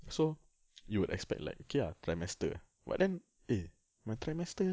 so you would expect like okay ah trimester but then eh my trimester